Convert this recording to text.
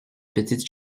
petites